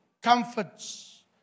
comforts